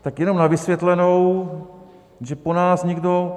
Tak jenom na vysvětlenou, že po nás někdo...